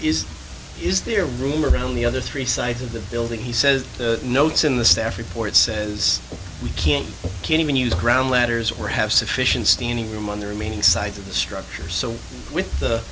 is is there room around the other three sides of the building he says the notes in the staff report says we can't even use ground letters or have sufficient standing room on the remaining sides of the structure so with the